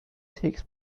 takes